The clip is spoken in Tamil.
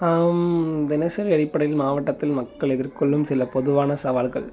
தினசரி அடிப்படையில் மாவட்டத்தில் மக்கள் எதிர்கொள்ளும் சில பொதுவான சவால்கள்